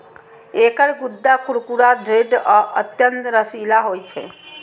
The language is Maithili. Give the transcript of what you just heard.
एकर गूद्दा कुरकुरा, दृढ़ आ अत्यंत रसीला होइ छै